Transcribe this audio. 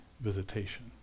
visitation